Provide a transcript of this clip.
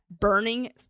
burning